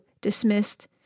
dismissed